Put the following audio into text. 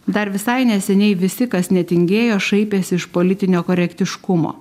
dar visai neseniai visi kas netingėjo šaipėsi iš politinio korektiškumo